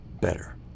better